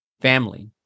family